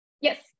Yes